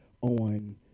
on